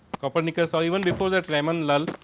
copernicus are even before that ramon lull.